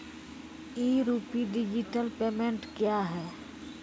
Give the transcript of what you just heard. ई RUPI digital payment क्या हैं?